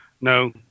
No